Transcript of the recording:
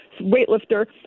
weightlifter